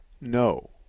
no